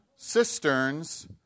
cisterns